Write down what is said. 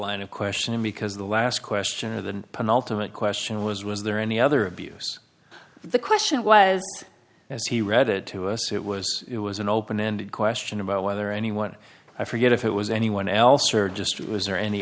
line of questioning because the last question of the penultimate question was was there any other abuse the question was as he read it to us it was it was an open ended question about whether anyone i forget if it was anyone else or just was or any